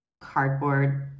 cardboard